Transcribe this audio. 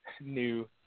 new